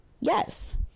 Yes